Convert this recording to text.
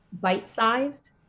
bite-sized